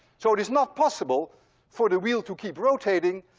so it is not possible for the wheel to keep rotating,